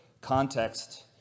context